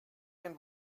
ein